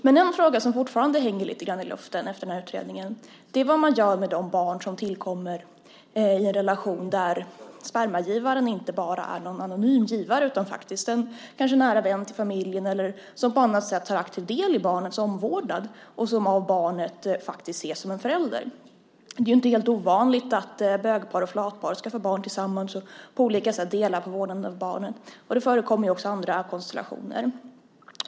Men en fråga som fortfarande hänger lite grann i luften efter den här utredningen är vad man gör med de barn som tillkommer i en relation där spermagivaren inte bara är någon anonym givare utan kanske en nära vän till familjen eller någon som på annat sätt tar aktiv del i barnets omvårdnad och som av barnet faktiskt ses som en förälder. Det är inte helt ovanligt att bögpar och flatpar skaffar barn tillsammans och på olika sätt delar på vårdnaden av barnen. Det förekommer också andra konstellationer.